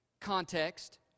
Context